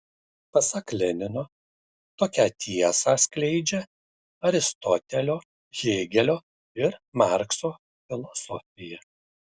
pasak lenino tokią tiesą skleidžia aristotelio hėgelio ir markso filosofija